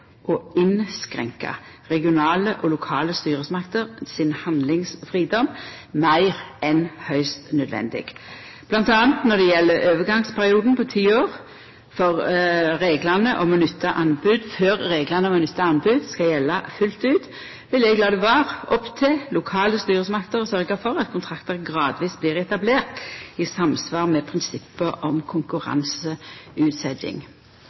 å innskrenka regionale og lokale styresmakter sin handlingsfridom meir enn høgst naudsynt. Mellom anna når det gjeld overgangsperioden på ti år, før reglane om å nytta anbod skal gjelda fullt ut, vil eg la det vera opp til lokale styresmakter å syta for at kontraktar gradvis blir etablerte i samsvar med prinsippa om